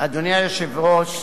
אדוני היושב-ראש,